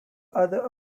other